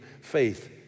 faith